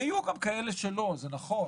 ויהיו גם כאלה שלא, זה נכון,